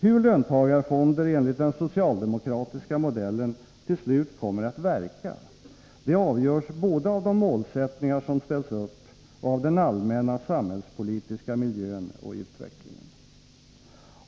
Hur löntagarfonder enligt den socialdemokratiska modellen till slut kommer att verka avgörs både av de målsättningar som ställs upp och av den allmänna samhällspolitiska miljön och utvecklingen.